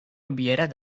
hubieran